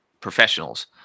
professionals